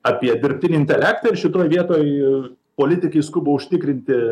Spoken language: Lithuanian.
apie dirbtinį intelektą ir šitoj vietoj politikai skuba užtikrinti